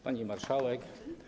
Pani Marszałek!